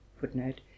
footnote